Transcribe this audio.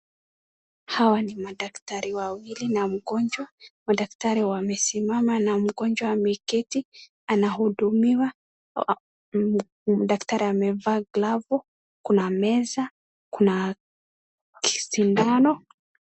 Hawa ni madaktari wawili na mgonjwa, madaktari wamesimama na mgonjwa ameketi anahudumiwa. Daktari amevaa glavu, kuna meza, kuna sindano.